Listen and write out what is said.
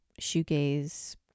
shoegaze